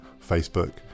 Facebook